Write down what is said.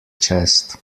chest